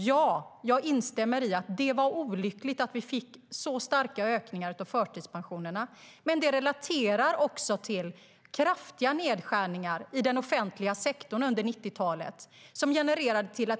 Ja, jag instämmer i att det var olyckligt att vi fick så starka ökningar av förtidspensionerna. Men det hängde också samman med kraftiga nedskärningar i den offentliga sektorn under 90-talet.